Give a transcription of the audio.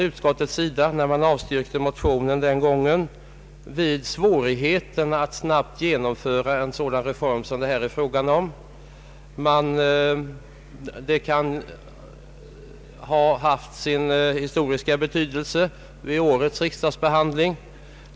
Utskottet uppehöll sig även vid svårigheten att snabbt genomföra en sådan reform som det här är fråga om, och det kan ha haft sin betydelse också för årets utskottsbehandling.